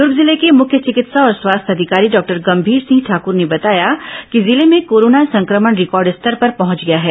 दूर्ग जिले के मुख्य चिकित्सा और स्वास्थ्य अधिकारी डॉक्टर गंभीर सिंह ठाकर ने बताया कि जिले में कोरोना संक्रमण रिकॉर्ड स्तर पर पहंच गया है